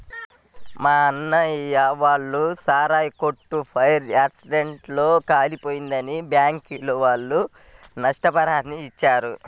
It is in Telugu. మా అన్నయ్య వాళ్ళ సారాయి కొట్టు ఫైర్ యాక్సిడెంట్ లో కాలిపోయిందని బ్యాంకుల వాళ్ళు నష్టపరిహారాన్ని ఇచ్చారు